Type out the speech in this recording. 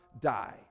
die